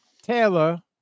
Taylor